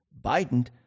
Biden